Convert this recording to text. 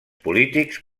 polítics